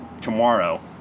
tomorrow